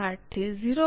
8 થી 0